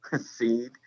seed